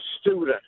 student